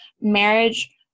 marriage